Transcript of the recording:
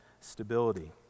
stability